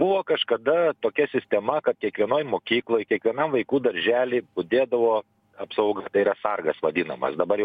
buvo kažkada tokia sistema kad kiekvienoj mokykloj kiekvienam vaikų daržely budėdavo apsauga tai yra sargas vadinamas dabar jau